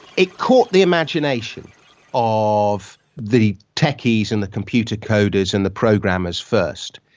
it caught the imagination of the techies and the computer coders and the programmers first.